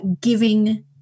giving